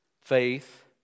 Faith